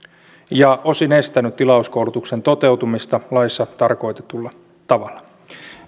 ja osin estänyt tilauskoulutuksen toteutumista laissa tarkoitetulla tavalla